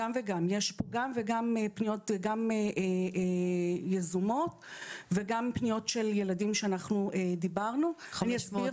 יש גם פניות יזומות וגם פניות של ילדים שאנחנו דיברנו איתם.